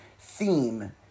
theme